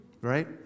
Right